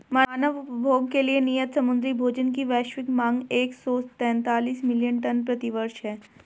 मानव उपभोग के लिए नियत समुद्री भोजन की वैश्विक मांग एक सौ तैंतालीस मिलियन टन प्रति वर्ष है